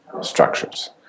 structures